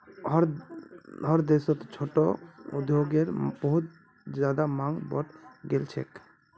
हर देशत छोटो उद्योगेर मांग बहुत ज्यादा बढ़ गेल छेक